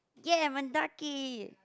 !yay! Mendaki